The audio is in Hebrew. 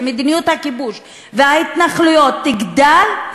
מדיניות הכיבוש וההתנחלויות תגדל,